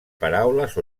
paraules